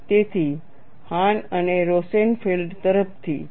તેથી આ હાન અને રોસેનફેલ્ડ તરફથી છે